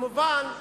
כמובן,